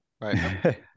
right